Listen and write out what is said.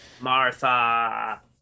Martha